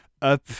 up